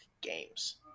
games